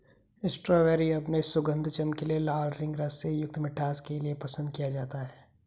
strawberry अपने सुगंध, चमकीले लाल रंग, रस से युक्त मिठास के लिए पसंद किया जाता है